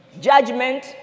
judgment